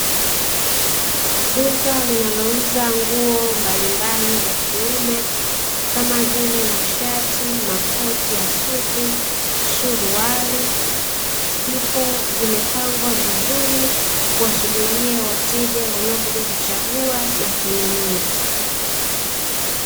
Duka linazouza nguo mbalimbali za kiume kama vile masharti, makoti ya suti, suruhali vipo vimepangwa vizuri kuwasubiria wateja wanaokuja kuchagua na kununua.